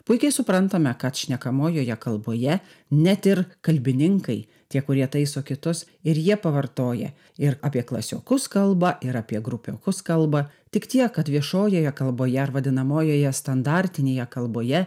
puikiai suprantame kad šnekamojoje kalboje net ir kalbininkai tie kurie taiso kitus ir jie pavartoja ir apie klasiokus kalba ir apie grupiokus kalba tik tiek kad viešojoje kalboje ar vadinamojoje standartinėje kalboje